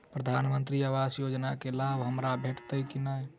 प्रधानमंत्री आवास योजना केँ लाभ हमरा भेटतय की नहि?